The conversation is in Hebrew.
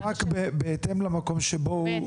הקוד מונפק בהתאם למקום שבו הוא ישהה בפועל?